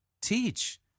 teach